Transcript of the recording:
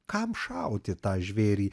kam šauti tą žvėrį